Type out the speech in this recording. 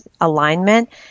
alignment